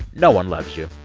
no one loves you.